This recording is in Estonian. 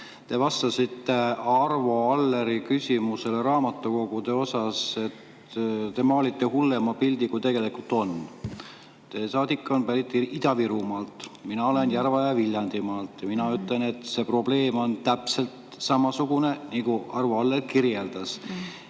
Te vastasite Arvo Alleri küsimusele raamatukogude kohta, et ta maalib hullema pildi, kui tegelikult on. Saadik on pärit Ida-Virumaalt. Mina olen Järva‑ ja Viljandimaalt ja ütlen, et see probleem on täpselt selline, nagu Arvo Aller seda kirjeldas.